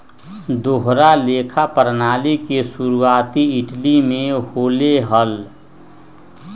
दोहरा लेखा प्रणाली के शुरुआती इटली में होले हल